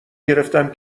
گرفتم